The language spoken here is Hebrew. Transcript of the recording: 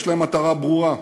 יש להם מטרה ברורה: